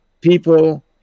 people